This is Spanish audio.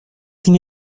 sin